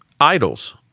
idols